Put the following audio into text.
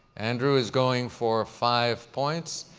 andrew is going for five points.